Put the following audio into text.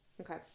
Okay